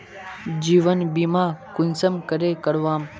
जीवन बीमा कुंसम करे करवाम?